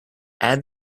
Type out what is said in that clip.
add